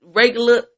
regular